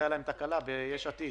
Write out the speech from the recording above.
עוד יבוא: